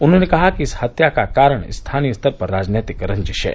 उन्होंने कहा कि इस हत्या का कारण स्थानीय स्तर पर राजनैतिक रंजिश है